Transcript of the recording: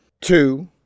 Two